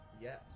Yes